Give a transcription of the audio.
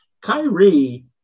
Kyrie